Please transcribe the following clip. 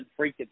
freaking